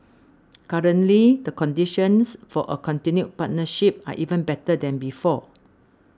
currently the conditions for a continued partnership are even better than before